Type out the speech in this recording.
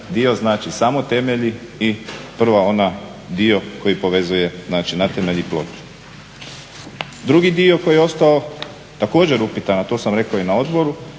dio znači samo temelji i prva onaj dio koji povezuje znači … i ploču. Drugi dio koji je ostao također upitan a to sam rekao ina odboru